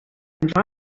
warmen